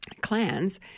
clans